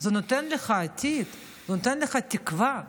זה נותן לך עתיד, זה נותן לך תקווה.